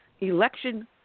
election